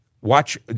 watch